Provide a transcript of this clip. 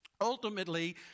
Ultimately